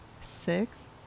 six